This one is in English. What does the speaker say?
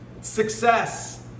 Success